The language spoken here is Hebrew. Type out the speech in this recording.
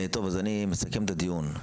אני מסכם את הדיון.